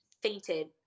fainted